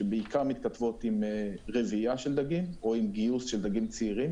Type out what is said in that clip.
שבעיקר מתכתבות עם רבייה של דגים או עם גיוס של דגים צעירים,